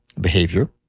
behavior